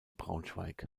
braunschweig